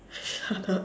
shut up